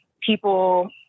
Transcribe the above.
people